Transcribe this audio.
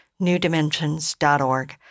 NewDimensions.org